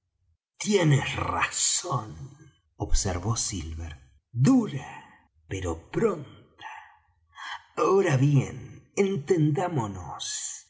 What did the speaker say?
tienes razón observó silver dura pero pronta ahora bien entendámonos